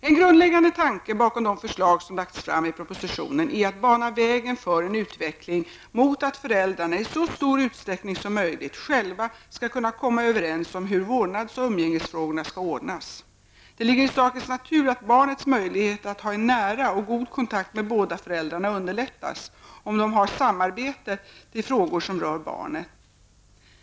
En grundläggande tanke bakom de förslag som lagts fram i propositionen är att bana vägen för en utveckling mot att föräldrarna i så stor utsträckning som möjligt själva skall kunna komma överens om hur vårdnads och umgängesfrågor skall ordnas. Det ligger i sakens natur att barnets möjligheter att ha en nära och god kontakt med båda föräldarna underlättas, om dessa kan samarbeta i frågor som rör barnet.